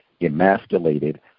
emasculated